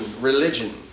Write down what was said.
religion